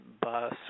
bus